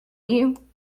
you